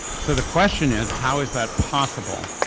so the question is how is that possible?